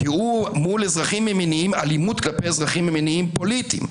כי הוא אלימות כלפי אזרחים ממניעים פוליטיים.